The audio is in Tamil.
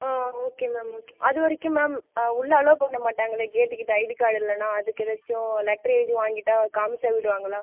ஓகே மேம் ஓகே அதுவரைக்கும் மேம் உள்ளே அலோ பண்ண மாட்டங்களே கேட் கிட்ட ஐடி கார்டு இல்லைனா அதுக்கு எதாச்சும் லெட்டர் எழுதி வாங்கிட்டா காமிச்சா விடுவாங்களா